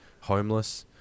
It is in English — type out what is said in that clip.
homeless